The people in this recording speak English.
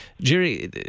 Jerry